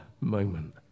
moment